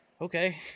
okay